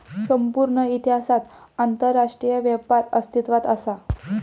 संपूर्ण इतिहासात आंतरराष्ट्रीय व्यापार अस्तित्वात असा